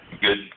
Good